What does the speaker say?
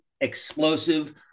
explosive